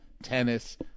Tennis